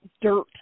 dirt